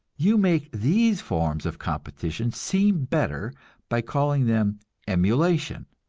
you make these forms of competition seem better by calling them emulation,